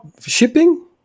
shipping